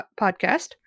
podcast